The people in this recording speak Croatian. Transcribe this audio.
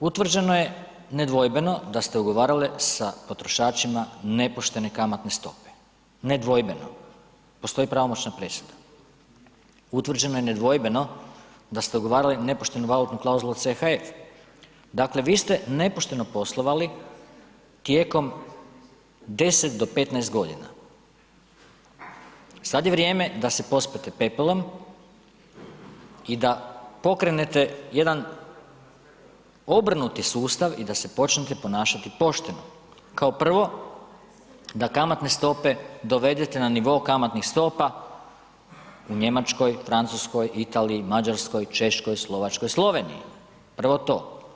utvrđeno je nedvojbeno da ste ugovarale sa potrošačima nepoštene kamatne stope, nedvojbeno, postoji pravomoćna presuda, utvrđeno je nedvojbeno da ste ugovarali nepoštenu valutnu klauzulu u CHF, dakle, vi ste nepošteno poslovali tijekom 10 do 15.g., sad je vrijeme da se pospete pepelom i da pokrenete jedan obrnuti sustav i da se počnete ponašati pošteno, kao prvo da kamatne stope dovedete na nivo kamatnih stopa u Njemačkoj, Francuskoj, Italiji, Mađarskoj, Češkoj, Slovačkoj, Sloveniji, prvo to.